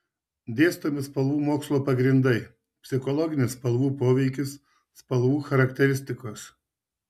dėstomi spalvų mokslo pagrindai psichologinis spalvų poveikis spalvų charakteristikos